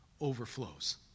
overflows